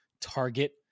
target